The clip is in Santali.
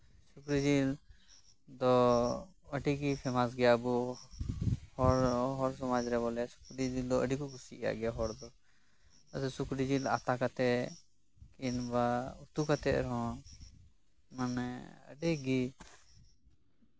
ᱥᱩᱠᱨᱤ ᱡᱤᱞ ᱫᱚ ᱟᱹᱰᱤ ᱜᱮ ᱯᱷᱮᱢᱟᱥ ᱜᱮᱭᱟ ᱟᱵᱚ ᱦᱚᱲ ᱦᱚᱲ ᱥᱚᱢᱟᱡᱽ ᱨᱮ ᱵᱚᱞᱮ ᱥᱩᱠᱨᱤ ᱡᱤᱞ ᱫᱚ ᱟᱹᱰᱤ ᱠᱚ ᱠᱩᱥᱤᱭᱟᱜ ᱜᱮᱭᱟ ᱦᱚᱲ ᱫᱚ ᱟᱪᱪᱷᱟ ᱥᱩᱠᱨᱤ ᱡᱤᱞ ᱟᱛᱟ ᱠᱟᱛᱮ ᱠᱤᱝᱵᱟ ᱩᱛᱩ ᱠᱟᱛᱮ ᱨᱮᱦᱚᱸ ᱢᱟᱱᱮ ᱟᱹᱰᱤ ᱜᱮ